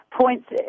Points